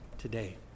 today